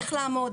איך לעמוד,